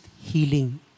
healing